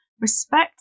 respect